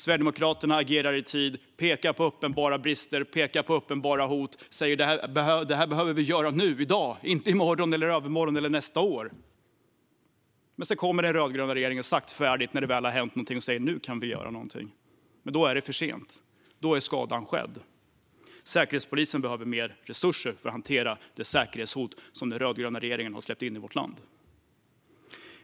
Sverigedemokraterna agerar i tid, pekar på uppenbara brister och hot och säger: Det här behöver vi göra nu i dag och inte i morgon, i övermorgon eller nästa år. Men sedan kommer den rödgröna regeringen, saktfärdigt, när det väl har hänt någonting och säger: Nu kan vi göra någonting! Men då är det för sent. Då är skadan skedd. Säkerhetspolisen behöver mer resurser för att hantera det säkerhetshot som den rödgröna regeringen har släppt in i vårt land.